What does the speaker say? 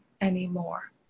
anymore